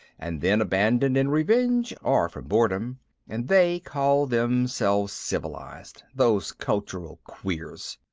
and then abandoned in revenge or from boredom and they call themselves civilized, those cultural queers!